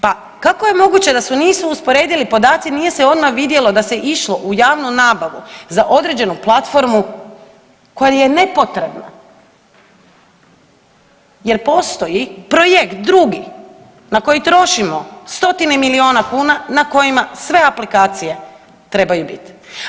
Pa kako je moguće da se nisu usporedili podaci, nije se odmah vidjelo da se išlo u javnu nabavu za određenu platformu koja je nepotrebna jer postoji projekt drugi na koji trošimo stotine milijuna kuna na kojima sve aplikacije trebaju biti.